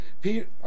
Peter